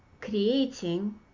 creating